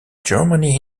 germany